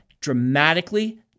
dramatically